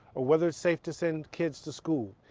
or whether it's safe to send kids to school.